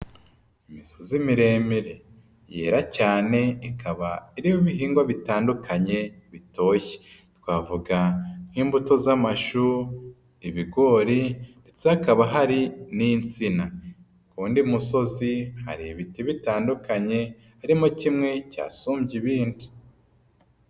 Imisozi miremire yera cyane ikaba iriho ibihingwa bitandukanye bitoshye. Twavuga nk'imbuto z'amashu, ibigori ndetse hakaba hari n'insina. Ku w'undi musozi hari ibiti bitandukanye, harimo kimwe cyasumbye ibindi.